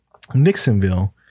Nixonville